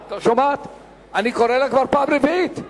אני קורא לך כבר פעם רביעית.